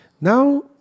Now